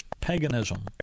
paganism